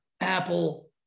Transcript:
Apple